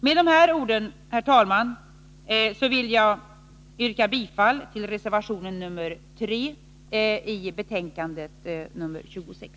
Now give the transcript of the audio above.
Med de här orden, herr talman, vill jag yrka bifall till reservation 3 vid betänkandet nr 26.